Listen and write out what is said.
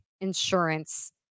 insurance